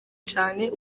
cane